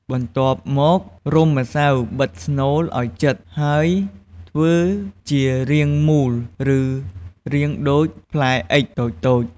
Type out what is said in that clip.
បន្ទាប់មករុំម្សៅបិទស្នូលឲ្យជិត ហើយធ្វើជារាងមូល ឬរាងដូចផ្លែអុិចតូចៗ។